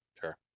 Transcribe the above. Sure